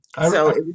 So-